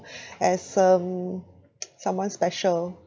as um someone special